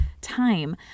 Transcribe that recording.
time